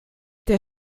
der